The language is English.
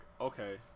okay